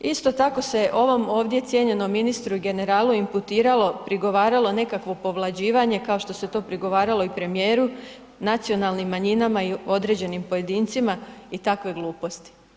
Isto tako se ovom ovdje cijenjenom ministru i generalu imputiralo, prigovaralo nekakvo povlađivanje kao što se to prigovaralo i premijeru nacionalnim manjinama i određenim pojedincima i takve gluposti.